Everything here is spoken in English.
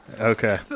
Okay